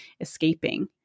escaping